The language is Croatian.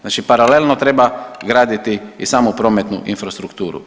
Znači paralelno treba graditi i samu prometnu infrastrukturu.